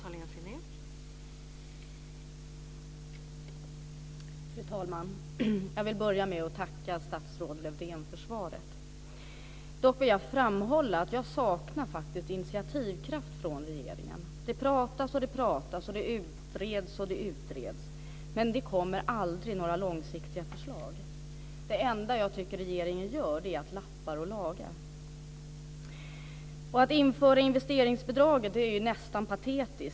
Fru talman! Jag vill börja med att tacka statsrådet Lövdén för svaret. Dock vill jag framhålla att jag saknar initiativkraft från regeringen. Det pratas och det utreds, men det kommer aldrig några långsiktiga förslag. Det enda som jag tycker att regeringen gör är att den lappar och lagar. Att införa investeringsbidraget är nästan patetiskt.